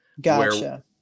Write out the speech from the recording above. Gotcha